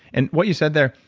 and what you said there,